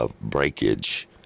breakage